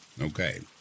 Okay